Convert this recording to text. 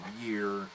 year